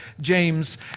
James